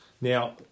Now